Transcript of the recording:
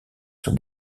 sur